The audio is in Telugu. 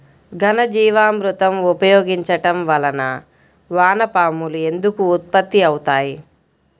ఘనజీవామృతం ఉపయోగించటం వలన వాన పాములు ఎందుకు ఉత్పత్తి అవుతాయి?